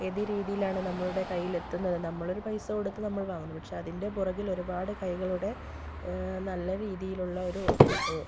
ഏത് രീതിയിലാണ് നമ്മളുടെ കയ്യിലെത്തുന്നത് നമ്മളൊരു പൈസ കൊടുത്ത് നമ്മൾ വാങ്ങുന്നു പക്ഷെ അതിൻ്റെ പുറകിലൊരുപാട് കൈകളുടെ നല്ല രീതിയിലുള്ള ഒരു